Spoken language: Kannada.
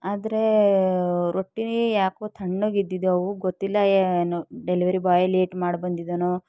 ಆದರೆ ರೊಟ್ಟಿ ಏಕೋ ತಣ್ಣಗಿದ್ದಿದ್ದವು ಗೊತ್ತಿಲ್ಲ ಏನು ಡೆಲಿವರಿ ಬಾಯ್ ಲೇಟ್ ಮಾಡಿ ಬಂದಿದ್ದಾನೋ